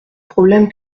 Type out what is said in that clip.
problème